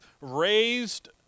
raised